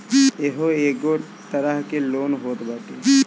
इहो एगो तरह के लोन होत बाटे